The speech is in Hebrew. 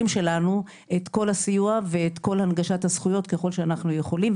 שלנו את כל הסיוע ואת כל הנגשת הזכויות ככל שאנחנו יכולים,